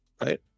right